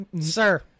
Sir